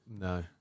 no